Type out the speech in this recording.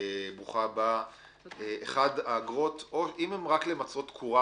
אם אגרות הן רק למטרות תקורה